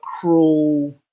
cruel